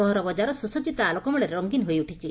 ସହର ବଜାର ସ୍ବସଜିତ ଆଲୋକମାଳାରେ ରଙ୍ଗୀନ ହୋଇଉଠିଛି